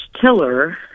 Tiller